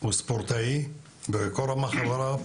הוא ספורטאי בכל רמ"ח איבריו,